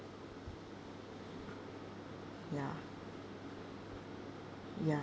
ya ya